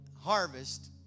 harvest